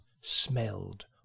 smelled